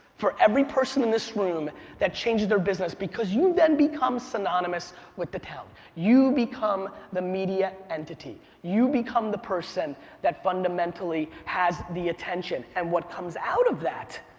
for every person in this room that changed their business, because you then become synonymous with the town. you become the media entity. you become the person that fundamentally has the attention and what comes out of that,